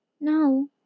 No